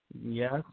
Yes